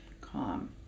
calm